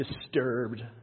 disturbed